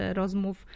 rozmów